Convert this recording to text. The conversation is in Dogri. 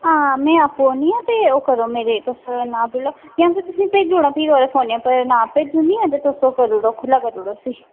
हां में आपूं औन्नी आं ते ओह् करो मेरे तुस नाप लेई लैओ जां फ्ही तुसें ई भेजी ओड़ां भी ओह्दे फोने पर नाप भेजी ओड़नियां ते तुस ओह् करी ओड़ो खु'ल्ला करी ओड़ो उस्सी